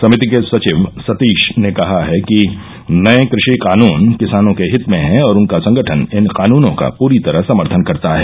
समिति के सचिव सतीश ने कहा कि नये कृषि कानून किसानों के हित में हैं और उनका संगठन इन कानूनों का पूरी तरह समर्थन करता है